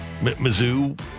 Mizzou